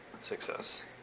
success